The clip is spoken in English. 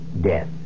death